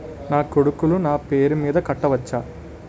నా కొడుకులు నా పేరి మీద కట్ట వచ్చా?